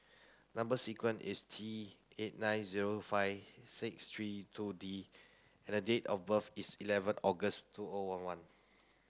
number sequence is T eight nine zero five six three two D and date of birth is eleven August two O one one